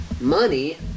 money